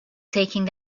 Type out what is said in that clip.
taking